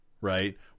right